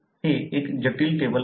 हे एक जटिल टेबल आहे